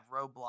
Roblox